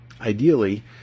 Ideally